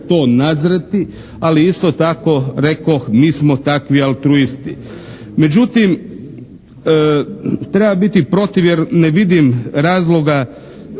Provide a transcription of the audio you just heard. to nazreti, ali isto tako rekoh mi smo takvi altruisti. Međutim treba biti protiv jer ne vidim razloga